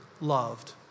loved